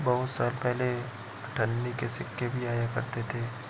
बहुत साल पहले अठन्नी के सिक्के भी आया करते थे